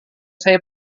saya